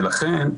לכן,